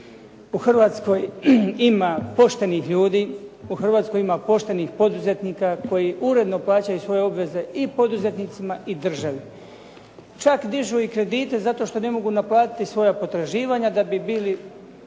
U Hrvatskoj ima poštenih ljudi, u Hrvatskoj ima poštenih poduzetnika koji uredno plaćaju svoje obaveze i poduzetnicima i državi. Čak dižu i kredite zato što ne mogu naplatiti svoja potraživanja da bi bili